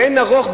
לאין ערוך,